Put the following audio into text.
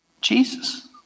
Jesus